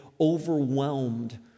overwhelmed